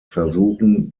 versuchen